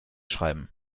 schreiben